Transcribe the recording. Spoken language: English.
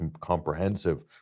comprehensive